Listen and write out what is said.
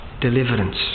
deliverance